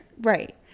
Right